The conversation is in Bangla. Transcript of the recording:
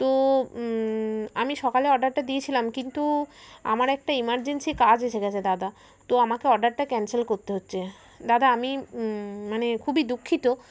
তো আমি সকালে অর্ডারটা দিয়েছিলাম কিন্তু আমার একটা এমার্জেন্সি কাজ এসে গেছে দাদা তো আমাকে অর্ডারটা ক্যান্সেল করতে হচ্ছে দাদা আমি মানে খুবই দুঃখিত